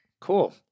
Cool